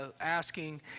asking